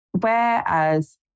Whereas